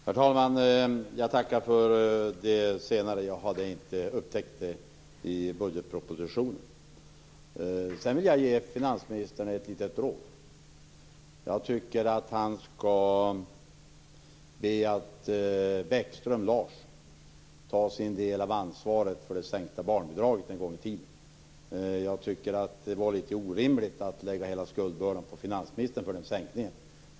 Herr talman! Jag tackar för det senare. Jag hade inte upptäckt det i budgetpropositionen. Sedan vill jag ge finansministern ett litet råd. Jag tycker att han skall be Lars Bäckström att ta sin del av ansvaret för det en gång i tiden sänkta barnbidraget. Jag tycker att det var litet orimligt att lägga hela den skuldbördan på finansministern.